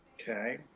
Okay